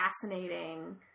fascinating